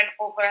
over